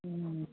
অঁ